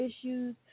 issues